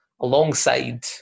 alongside